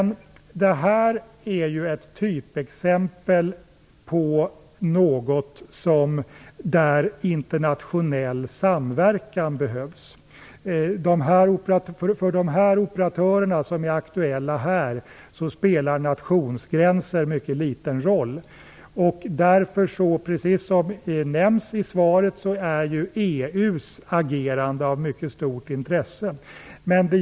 Det här är ändå ett typexempel på ett område där internationell samverkan behövs. För de operatörer som här är aktuella spelar nationsgränser mycket liten roll. Precis som nämns i svaret är därför också EU:s agerande av mycket stort intresse.